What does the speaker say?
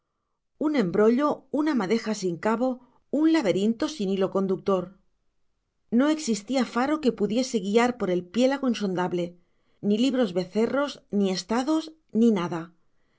un embrollo una madeja sin cabo un laberinto sin hilo conductor no existía faro que pudiese guiar por el piélago insondable ni libros becerros ni estados ni nada